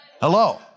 Hello